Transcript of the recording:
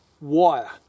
wire